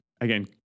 again